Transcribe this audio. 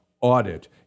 audit